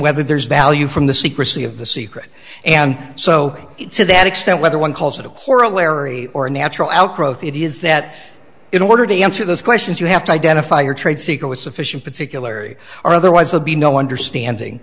whether there's value from the secrecy of the secret and so to that extent whether one calls it a corollary or a natural outgrowth of it is that in order to answer those questions you have to identify your trade seeker with sufficient particulary or otherwise would be no understanding